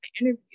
interview